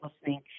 listening